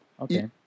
Okay